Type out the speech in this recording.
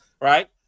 right